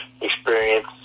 experience